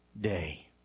day